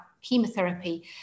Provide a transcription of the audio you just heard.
chemotherapy